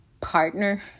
partner